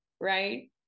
right